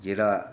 जेह्ड़ा